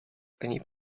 ani